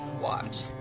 watch